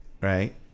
Right